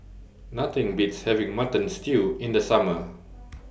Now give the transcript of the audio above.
Nothing Beats having Mutton Stew in The Summer